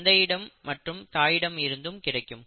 தந்தையிடம் மற்றும் தாயிடம் இருந்தும் கிடைக்கும்